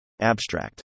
Abstract